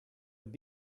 have